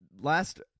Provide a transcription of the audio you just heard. last